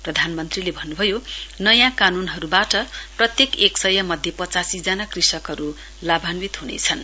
प्रधानमन्त्रीले भन्न्भयो नयाँ कानूनहरूबाट प्रत्येक एक सय मध्ये पचासीजना कृषकहरू लाभान्वित ह्नेछन्